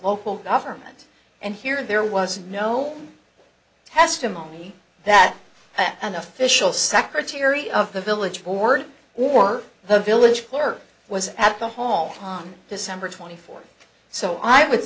local government and here there was no testimony that an official secretary of the village board or the village clerk was at the home december twenty fourth so i would